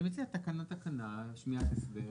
אני מציע תקנה, תקנה, שמיעת הסבר.